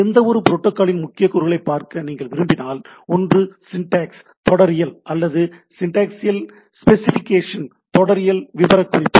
எந்தவொரு புரோட்டோகாலின் முக்கிய கூறுகளைப் பார்க்க நீங்கள் விரும்பினால் ஒன்று சிண்டாக்ஸ் - தொடரியல் அல்லது சிண்டாக்டிகல் ஸ்பெசிஃபிகேஷன் தொடரியல் விவரக்குறிப்பு